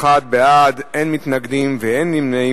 41 בעד, אין מתנגדים ואין נמנעים.